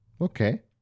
Okay